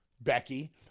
Becky